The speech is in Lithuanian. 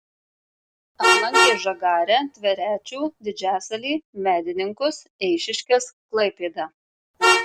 aplankė žagarę tverečių didžiasalį medininkus eišiškes klaipėdą